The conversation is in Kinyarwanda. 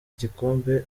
gikombe